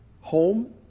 home